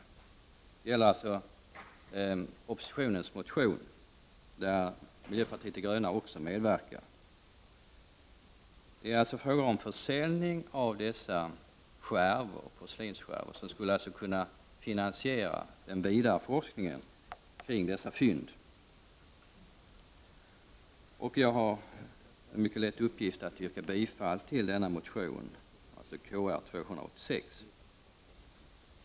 Det gäller oppositionens motion där även miljöpartiet de gröna finns med. Det är alltså fråga om försäljning av dessa porslinsskärvor, som skulle kunna finansiera den vidare forskningen kring dessa fynd. Jag har en mycket lätt uppgift att yrka bifall till denna motion, dvs. Kr286.